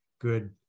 good